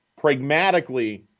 Pragmatically